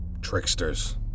Tricksters